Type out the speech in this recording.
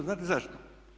Znate zašto?